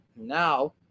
Now